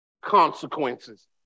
consequences